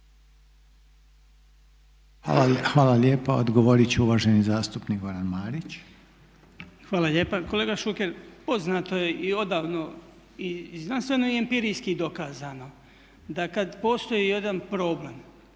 Hvala lijepa. Odgovorit će uvaženi zastupnik Goran Marić. **Marić, Goran (HDZ)** Hvala lijepa. Kolega Šuker poznato je i odavno i znanstveno i empirijski dokazano da kad postoji jedan problem